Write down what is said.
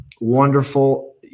wonderful